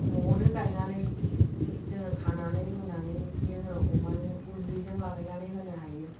न'आवनो गायनानै जोङो खानानै रुनानै जोङो अमानो गुन्दैजों लागायनानै होनो हायो